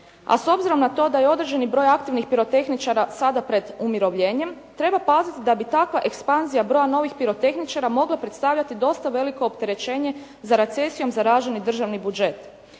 a s obzirom na to da je određeni broj aktivnih pirotehničara sada pred umirovljenjem, treba paziti da bi takva ekspanzija broja novih pirotehničara mogla predstavljati dosta veliko opterećenje za recesijom zaraženi državni budžet.